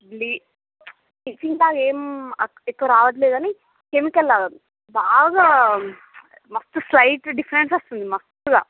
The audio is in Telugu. లి ఏం ఎక్కువ రావట్లేదు కాని కెమికల్ లాగా బాగా మస్తు స్లైట్ డిఫెరెన్సు వస్తుంది మస్తుగా